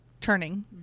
turning